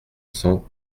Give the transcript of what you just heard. cents